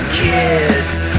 kids